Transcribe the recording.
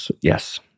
Yes